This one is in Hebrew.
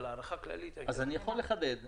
אבל הערכת כללית --- אז אני יכול לחדד.